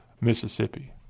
Mississippi